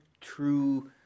true